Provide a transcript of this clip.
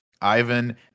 Ivan